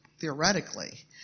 theoretically